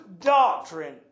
doctrine